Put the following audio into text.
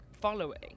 following